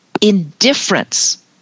indifference